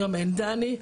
היום עין דני,